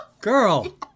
Girl